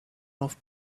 off